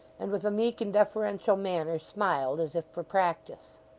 and with a meek and deferential manner, smiled as if for practice.